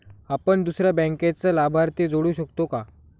आपण दुसऱ्या बँकेचा लाभार्थी जोडू शकतो का?